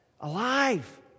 Alive